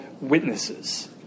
witnesses